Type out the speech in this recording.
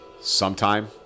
sometime